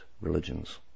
religions